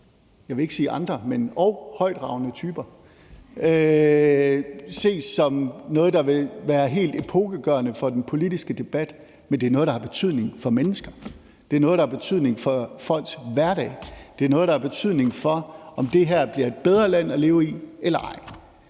og højtravende typer ses som noget, der vil være helt epokegørende for den politiske debat, men det er noget, der har betydning for mennesker. Det er noget, der har betydning for folks hverdag. Det er noget, der har betydning for, om det her bliver et bedre land at leve i eller ej.